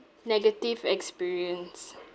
negative experience